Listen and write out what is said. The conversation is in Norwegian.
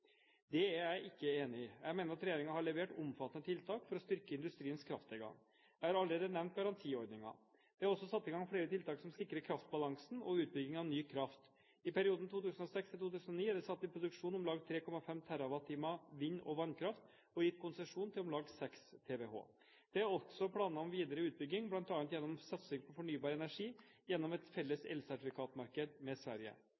Det er jeg ikke enig i. Jeg mener at regjeringen har levert omfattende tiltak for å styrke industriens krafttilgang. Jeg har allerede nevnt garantiordningen. Det er også satt i gang flere tiltak som sikrer kraftbalansen og utbygging av ny kraft. I perioden 2006–2009 er det satt i produksjon om lag 3,5 TWh vind- og vannkraft og gitt konsesjon til om lag 6 TWh. Det er også planer om videre utbygging, bl.a. gjennom satsing på fornybar energi gjennom et felles elsertifikatmarked med Sverige.